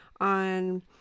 on –